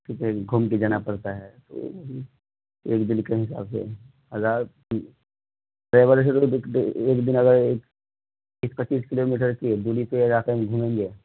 پیچھے سے گھوم کے جانا پڑتا ہے تو ایک دن کے حساب سے ہزار ٹریول ہی ایک دن اگر بیس پچیس کلو میٹر کے دوری پہ علاقے میں گھومیں گے